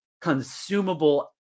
consumable